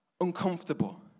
uncomfortable